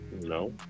no